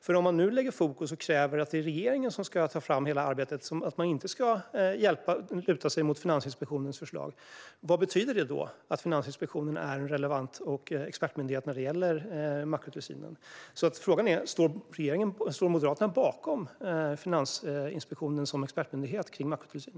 Om Moderaterna nu lägger fokus på och kräver att regeringen ska göra hela arbetet och inte luta sig mot Finansinspektionen, vad betyder det då att Finansinspektionen är den relevanta expertmyndigheten vad gäller makrotillsynen? Står Moderaterna bakom Finansinspektionen som expertmyndighet för makrotillsyn?